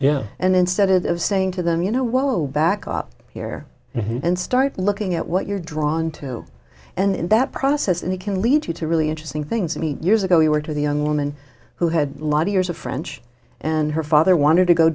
yeah and instead of saying to them you know well back up here and start looking at what you're drawn to and in that process and it can lead you to really interesting things i mean years ago you were to the young woman who had lot of years of french and her father wanted to go